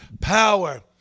power